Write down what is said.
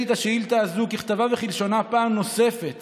את השאילתה הזו ככתבה וכלשונה פעם נוספת